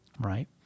right